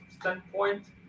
standpoint